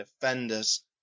defenders